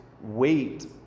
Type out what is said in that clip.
wait